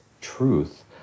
truth